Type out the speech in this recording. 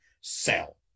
Sell